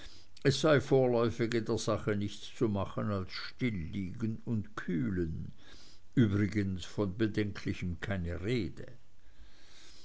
es sei vorläufig in der sache nichts zu machen als stilliegen und kühlen übrigens von bedenklichem keine rede